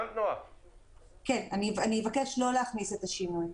אני אבקש לא להכניס את השינוי.